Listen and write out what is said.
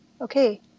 okay